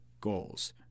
goals